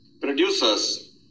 Producers